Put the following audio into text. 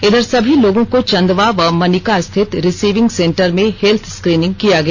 इधर सभी लोगों को चंदवा व मनिका स्थित रिसिविंग सेन्टर में हेल्थ स्क्रीनिंग किया गया